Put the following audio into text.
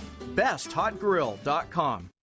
besthotgrill.com